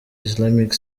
islamic